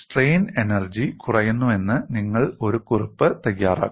strain energy കുറയുന്നുവെന്ന് നിങ്ങൾ ഒരു കുറിപ്പ് തയ്യാറാക്കണം